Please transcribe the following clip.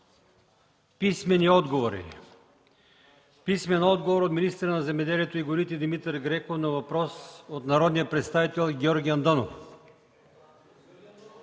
Писмени отговори от: - министъра на земеделието и храните Димитър Греков на въпрос от народния представител Георги Андонов;